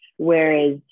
Whereas